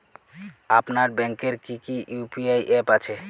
আপনার ব্যাংকের কি কি ইউ.পি.আই অ্যাপ আছে?